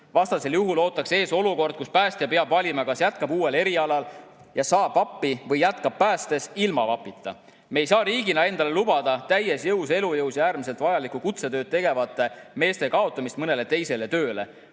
Vastasel juhul ootaks ees olukord, kus päästja peab valima, kas jätkab uuel erialal ja saab VAP‑i või jätkab päästes ilma VAP‑ita. Me ei saa riigina endale lubada täies elujõus ja äärmiselt vajalikku kutsetööd tegevate meeste kaotamist mõnele teisele tööle.